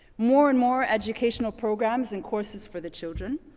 more and more educational programs and courses for the children.